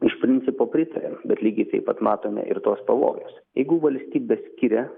iš principo pritariu bet lygiai taip pat matome ir tuos pavojus jeigu valstybė skiria